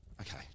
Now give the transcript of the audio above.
okay